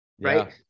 Right